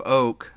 oak